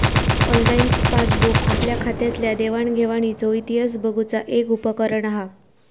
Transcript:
online passbook आपल्या खात्यातल्या देवाण घेवाणीचो इतिहास बघुचा एक उपकरण हा